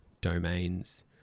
domains